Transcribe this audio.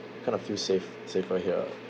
kind of feel safe safer here ah